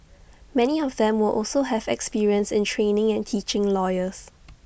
many of them will also have experience in training and teaching lawyers